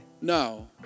No